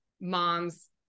mom's